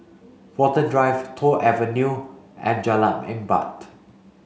Watten Drive Toh Avenue and Jalan Empat